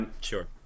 Sure